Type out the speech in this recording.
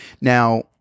Now